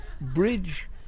bridge